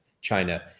China